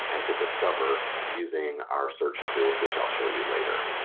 and to discover using our search tools which i'll show you later.